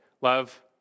love